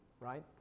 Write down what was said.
right